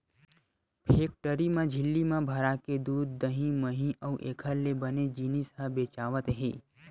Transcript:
factory म झिल्ली म भराके दूद, दही, मही अउ एखर ले बने जिनिस ह बेचावत हे